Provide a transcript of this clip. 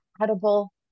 incredible